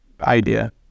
idea